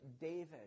David